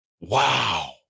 Wow